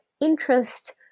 interest